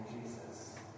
Jesus